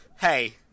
Hey